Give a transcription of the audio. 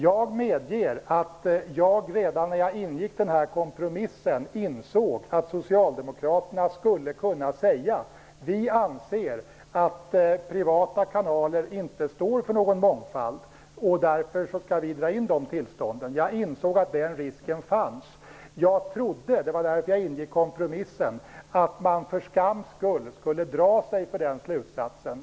Jag medger att jag redan när jag ingick den här kompromissen insåg att socialdemokraterna skulle kunna säga att de anser att privata kanaler inte står för någon mångfald och att de därför skall dra in de tillstånden. Jag insåg att den risken fanns. Jag trodde - det var därför jag ingick kompromissen - att man för skams skull drar sig för den slutsatsen.